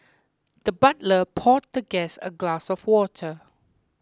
the butler poured the guest a glass of water